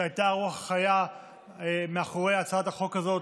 שהייתה הרוח החיה מאחורי הצעת החוק הזאת,